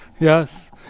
Yes